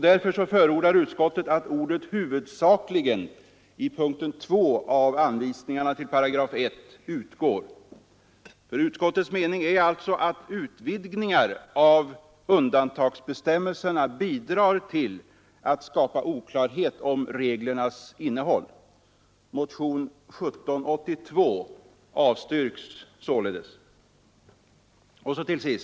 Därför förordar utskottet att ordet huvudsakligen i punkten 2 av anvisningarna till 18 utgår. Utskottet menar alltså att utvidgningar av undantagsbestämmelserna bidrar till att skapa oklarhet om reglernas innehåll. Motionen 1782 avstyrks således.